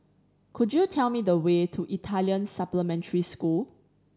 could you tell me the way to Italian Supplementary School